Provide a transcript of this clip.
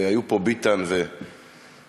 והיו פה ביטן ואמסלם,